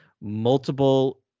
multiple